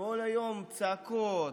כל היום צעקות,